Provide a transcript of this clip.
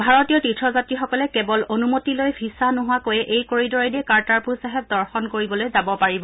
ভাৰতীয় তীৰ্থযাত্ৰীসকলে কেৱল অনুমতি লৈ ভিছা নোহোৱাকৈয়ে এই কৰিডৰেদি কাৰ্টাৰপুৰ চাহেব দৰ্শন কৰিবলৈ যাব পাৰিব